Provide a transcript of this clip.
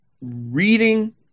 reading